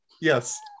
Yes